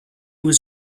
was